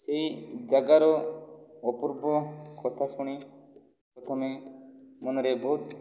ସେହି ଜାଗାର ଅପୂର୍ବ କଥା ଶୁଣି ପ୍ରଥମେ ମନରେ ବହୁତ